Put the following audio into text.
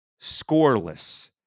scoreless